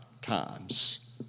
times